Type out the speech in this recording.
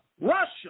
Russia